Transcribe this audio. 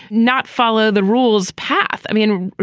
not follow the rules path. i mean,